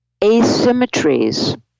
asymmetries